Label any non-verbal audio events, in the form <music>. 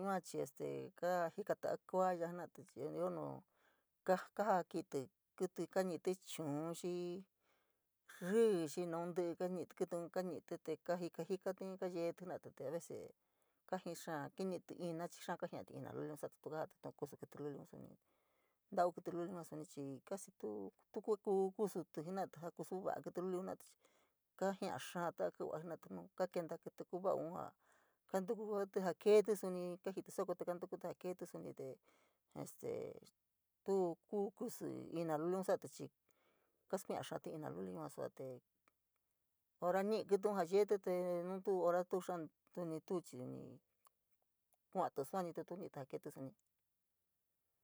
Yua chii este ka jikatí ja kuaa ya jena’atí chii ioo nuu kajakití kítí kuu chu’un, xíí ríí, xii naun tíí kañi’itu kílíun kañití, kajika jikatí kayeetí a veee kajiii xáá kiñi’iti ina yua chii xáá kaajia’a tiina luliun sa’atí, tuu kaa ja’atí tu’un kusu kílítu liun suni, tau kítí luliun suni chii casi tuu, tu ku kuu kusutí jena’atí, jaa kuso va’atí kití luliun chii, kaajia’a xaatí ja kívía jena’atí nu kaa kenta kítí kuu vauun ja kantukutí jaa keetí subi kajití soko te kantukuti jaa keetí suni te este tuu kuu kusu ina luliun saatí chii kaa skuilia xáátí ina luli yua suatr ora ñi’i kítíun jaa yeetí tee nu tu ora <repite> suni tu chii nii kua’atí suanití túú ñí’ítí jaa keetí soni.